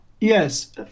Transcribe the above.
Yes